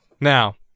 Now